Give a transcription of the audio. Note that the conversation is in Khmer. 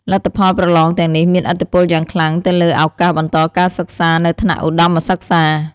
លទ្ធផលប្រឡងទាំងនេះមានឥទ្ធិពលយ៉ាងខ្លាំងទៅលើឱកាសបន្តការសិក្សានៅថ្នាក់ឧត្តមសិក្សា។